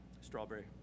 Strawberry